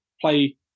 play